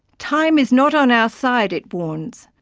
time is not on our side, it warns.